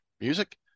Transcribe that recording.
music